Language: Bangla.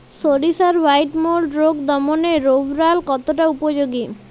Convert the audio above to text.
সরিষার হোয়াইট মোল্ড রোগ দমনে রোভরাল কতটা উপযোগী?